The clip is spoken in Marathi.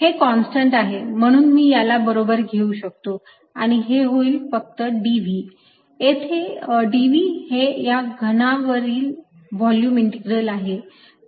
हे कॉन्स्टंट आहे म्हणून मी याला बाहेर घेऊ शकतो आणि हे होईल फक्त dV येथे dV हे या घनावरील व्हॉल्यूम इंटीग्रल आहे